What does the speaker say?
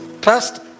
trust